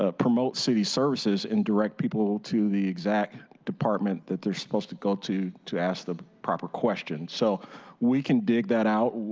ah promote city services and direct people to the exact department that they're suppose to go to to ask the proper questions. so we can dig that out.